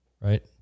right